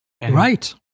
Right